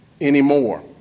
anymore